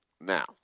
Now